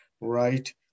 right